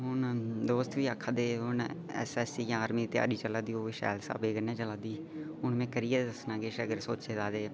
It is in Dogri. हू'न दोस्त बी आक्खा दे हू'न एसएसबी जां आर्मी दी त्यारी चला दी ओह्बी शैल स्हाबै नै चला दी हू'न में करियै दस्सना किश अगर सोचे दा ते